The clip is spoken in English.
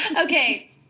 Okay